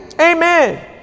Amen